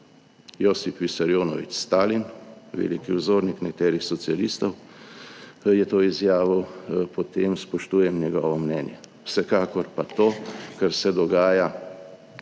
Josip Visarijonovič Stalin, veliki vzornik nekaterih socialistov, je to izjavil, potem spoštujem njegovo mnenje. Vsekakor pa to, kar se dogaja,